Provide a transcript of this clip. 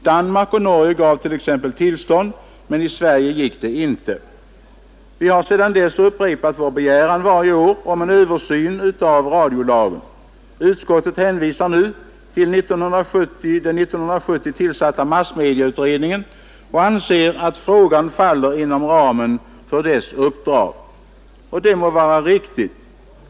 Danmark och Norge t.ex. gav tillstånd, men i Sverige gick det inte. Vi har sedan dess varje år upprepat vår begäran om en översyn av radiolagen. Utskottet hänvisar nu till den 1970 tillsatta massmedieutredningen och anser att frågan faller inom ramen för dess uppdrag, och det må vara riktigt.